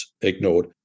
ignored